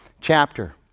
chapter